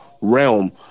realm